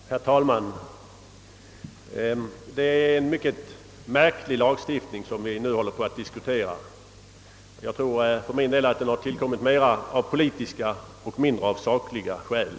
Herr talman! Det är en mycket märklig lagstiftning vi nu diskuterar. Jag tror för min del att den tillkommit mer av politiska än av sakliga skäl.